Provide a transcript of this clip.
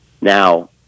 Now